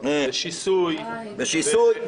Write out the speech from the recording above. ושיסוי --- שיסוי?